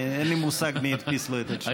אין לי מושג מי הדפיס לו את התשובה.